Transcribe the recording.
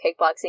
kickboxing